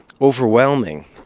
overwhelming